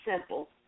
Simple